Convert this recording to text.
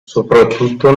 soprattutto